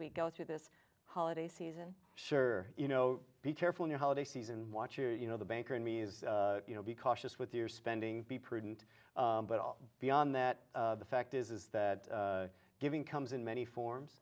we go through this holiday season sure you know be careful in your holiday season watching you know the banker and me as you know be cautious with your spending be prudent but all beyond that the fact is is that giving comes in many forms